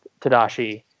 Tadashi